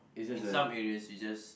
in some areas we just